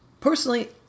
Personally